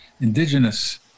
indigenous